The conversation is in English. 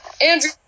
andrew